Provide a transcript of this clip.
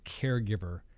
caregiver